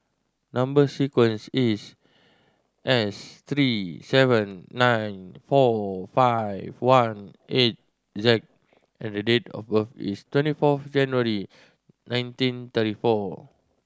number sequence is S three seven nine four five one eight Z and date of birth is twenty four January nineteen thirty four